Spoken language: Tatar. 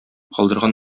калдырган